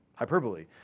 Hyperbole